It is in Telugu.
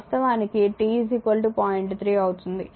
3 అవుతుంది